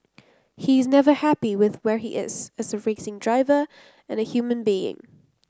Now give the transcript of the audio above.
he is never happy with where he is as a racing driver and a human being